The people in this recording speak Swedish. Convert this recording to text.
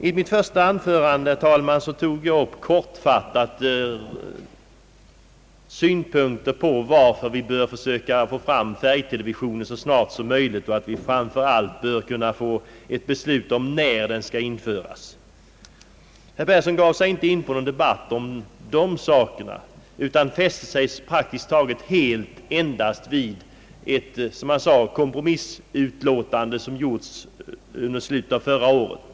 I mitt första anförande, herr talman, tog jag kortfattat upp synpunkter på varför vi bör försöka få fram färgtelevisionen så snart som möjligt. Jag sade också, att vi framför allt bör kunna få ett beslut om när den skall införas. Herr Persson gav sig inte in på någon debatt om dessa saker utan fäste sig praktiskt taget helt vid ett, som han sade, kompromissutlåtande som fattats i slutet av förra året.